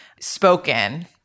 spoken